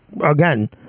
again